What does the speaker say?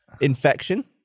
infection